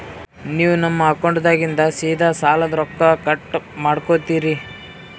ನೀವು ನಮ್ಮ ಅಕೌಂಟದಾಗಿಂದ ಸೀದಾ ಸಾಲದ ರೊಕ್ಕ ಕಟ್ ಮಾಡ್ಕೋತೀರಿ?